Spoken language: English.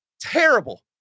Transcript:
terrible